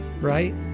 right